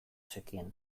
zekien